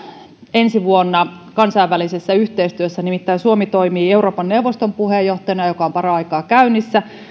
ensi vuonna kansainvälisessä yhteistyössä nimittäin suomi toimii euroopan neuvoston puheenjohtajana puheenjohtajuus on paraikaa käynnissä